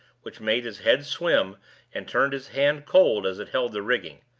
which made his head swim and turned his hand cold as it held the rigging.